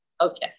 okay